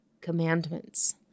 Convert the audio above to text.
commandments